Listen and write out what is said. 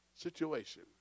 situation